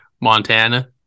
Montana